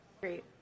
great